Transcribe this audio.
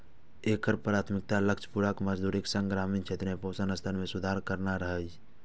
एकर प्राथमिक लक्ष्य पूरक मजदूरीक संग ग्रामीण क्षेत्र में पोषण स्तर मे सुधार करनाय रहै